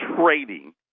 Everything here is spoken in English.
trading